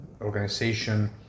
Organization